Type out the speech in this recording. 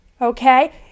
Okay